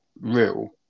real